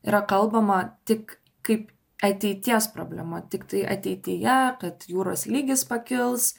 yra kalbama tik kaip ateities problema tiktai ateityje kad jūros lygis pakils